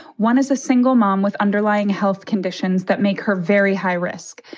one is a single mom with underlying health conditions that make her very high risk.